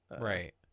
right